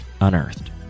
Unearthed